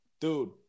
dude